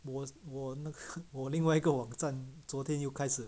我我那个我另外一个网站昨天又开始